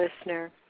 listener